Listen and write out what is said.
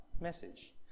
message